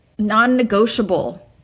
non-negotiable